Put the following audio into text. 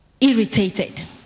irritated